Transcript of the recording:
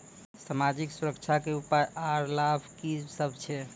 समाजिक सुरक्षा के उपाय आर लाभ की सभ छै?